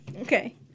Okay